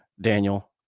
Daniel